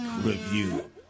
review